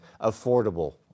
affordable